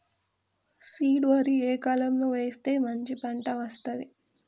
Seed వరి ఏ కాలం లో వేస్తే మంచి పంట వస్తది?